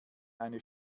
eine